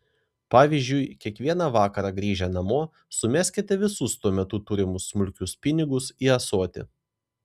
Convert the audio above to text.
pavyzdžiui kiekvieną vakarą grįžę namo sumeskite visus tuo metu turimus smulkius pinigus į ąsotį